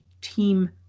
team